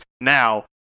Now